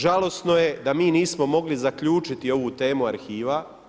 Žalosno je da mi nismo mogli zaključiti ovu temu arhiva.